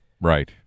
right